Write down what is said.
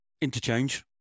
interchange